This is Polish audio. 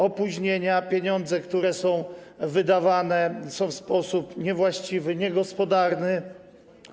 Opóźnienia, pieniądze, które są wydawane w sposób niewłaściwy, niegospodarny.